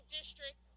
district